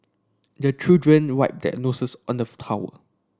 the children wipe their noses on towel